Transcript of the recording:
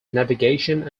navigation